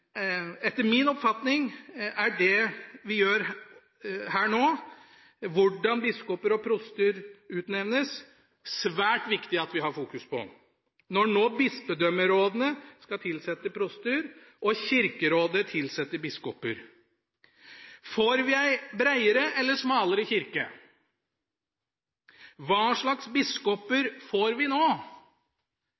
Etter min oppfatning er det svært viktig, når nå bispedømmerådene skal tilsette proster og Kirkerådet tilsette biskoper, at vi fokuserer på: Får vi ei breiere eller smalere kirke? Hva slags biskoper